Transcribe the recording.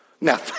Now